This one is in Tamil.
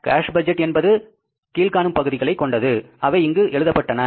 கேஸ் பட்ஜெட் என்பது கீழ்காணும் பகுதிகளைக் கொண்டது அவை இங்கு எழுதப்பட்டுள்ளன